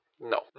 No